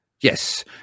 Yes